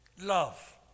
Love